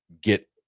get